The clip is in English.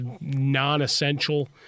non-essential